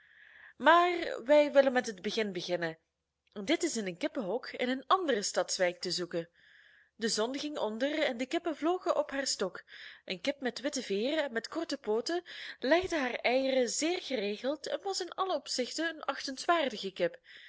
maar wij willen met het begin beginnen en dit is in een kippenhok in een andere stadswijk te zoeken de zon ging onder en de kippen vlogen op haar stok een kip met witte veeren en met korte pooten legde haar eieren zeer geregeld en was in alle opzichten een